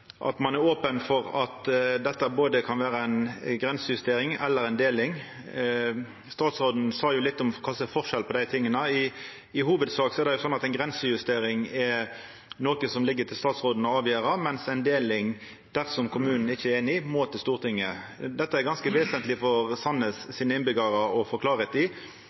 ein er open for at dette kan vera både ei grensejustering og ei deling. Statsråden sa litt om kva som er forskjellen på dei to. I hovudsak er ei grensejustering noko som ligg til statsråden å avgjera, mens ei deling må til Stortinget dersom kommunane ikkje er einige. Dette er det ganske vesentleg for innbyggjarane i Sandnes å få klarleik i.